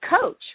coach